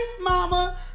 mama